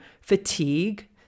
fatigue